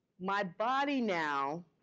my body now.